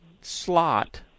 slot